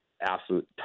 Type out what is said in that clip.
absolute